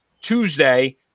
Tuesday